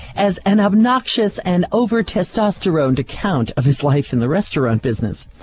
as an obnoxious and over-testosteroned account of his life in the restaurant business.